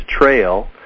trail